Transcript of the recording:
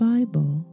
Bible